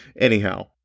Anyhow